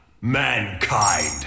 Mankind